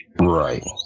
Right